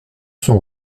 sont